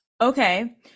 Okay